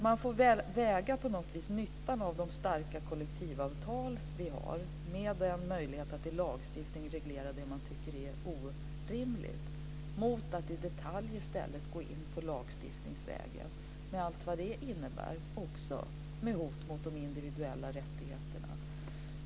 Man får alltså väga nyttan av de starka kollektivavtal som vi har, med en möjlighet att i lagstiftning reglera det som man tycker är orimligt, mot att i stället i detalj gå in på lagstiftningsvägen med allt vad det innebär, också i form av hot mot de individuella rättigheterna.